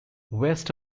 west